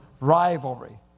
rivalry